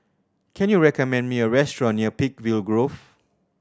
can you recommend me a restaurant near Peakville Grove